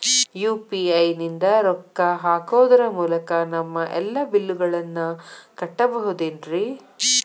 UPI ನಿಂದ ರೊಕ್ಕ ಹಾಕೋದರ ಮೂಲಕ ನಮ್ಮ ಎಲ್ಲ ಬಿಲ್ಲುಗಳನ್ನ ಕಟ್ಟಬಹುದೇನ್ರಿ?